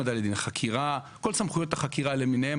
כל סמכויות החקירה למיניהן,